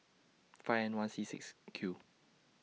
five N one C six Q